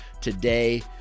Today